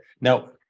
now